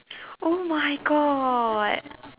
oh my god